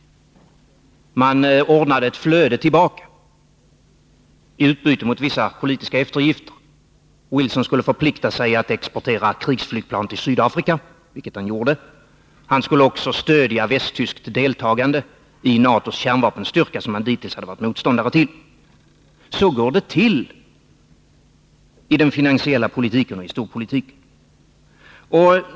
Man ordnade ett flöde tillbaka i utbyte mot vissa politiska eftergifter. Wilson skulle förplikta sig att exportera krigsflygplan till Sydafrika, vilket han gjorde. Han skulle också stödja västtyskt deltagande i NATO:s kärnvapenstyrka, något som han dittills hade varit motståndare till. Så går det till i den finansiella storpolitiken.